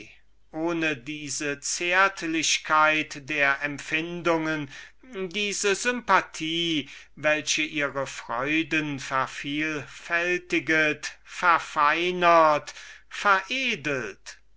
ohne diese zärtlichkeit der empfindungen diese sympathie welche ihre freuden vervielfältiget verfeinert veredelt